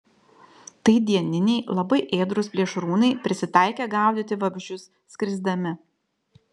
tai dieniniai labai ėdrūs plėšrūnai prisitaikę gaudyti vabzdžius skrisdami